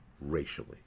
racially